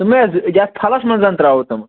تِمے حظ یَتھ پھَلَس منٛز زن ترٛاوَو تِم